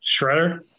Shredder